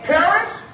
Parents